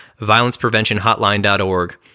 violencepreventionhotline.org